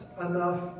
enough